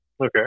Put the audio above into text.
Okay